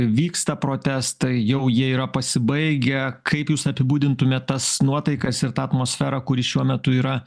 vyksta protestai jau jie yra pasibaigę kaip jūs apibūdintumėt tas nuotaikas ir tą atmosferą kuri šiuo metu yra